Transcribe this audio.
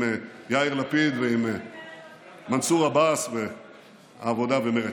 יאיר לפיד ועם מנסור עבאס והעבודה ומרצ.